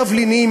תבלינים,